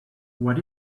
what